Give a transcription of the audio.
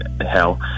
Hell